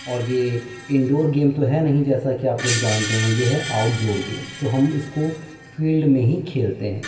اور یہ indoor game تو ہے نہیں جیسا کہ آپ لوگ جانتے ہیں یہ ہے آؤٹ ڈور گیم تو ہم اس کو فیلڈ میں ہی کھیلتے ہیں